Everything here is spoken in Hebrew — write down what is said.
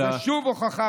אז זו שוב הוכחה,